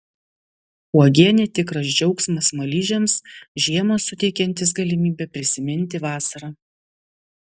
uogienė tikras džiaugsmas smaližiams žiemą suteikiantis galimybę prisiminti vasarą